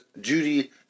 Judy